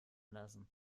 lassen